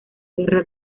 guerra